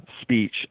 speech